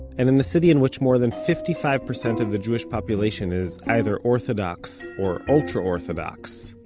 and in a city in which more than fifty-five percent of the jewish population is either orthodox or ultra-orthodox,